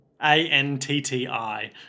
A-N-T-T-I